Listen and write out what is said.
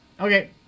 Okay